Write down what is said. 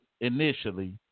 initially